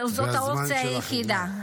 זאת האופציה היחידה.